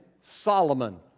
Solomon